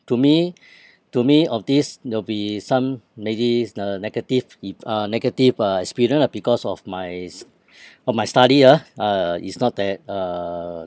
to me to me of this there'll be some maybe is the negative if uh negative uh experience ah because of my s~ of my study ah uh is not that uh